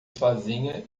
sozinha